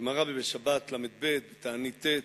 הגמרא בשבת ל"ב, בתענית ט',